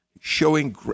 showing